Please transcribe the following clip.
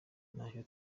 ntacyo